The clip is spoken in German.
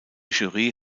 jury